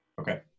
Okay